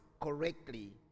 correctly